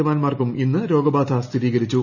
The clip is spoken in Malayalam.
ജവാൻമാർക്കും ഇന്ന് രോഗബാധ സ്ഥിരീകരിച്ചു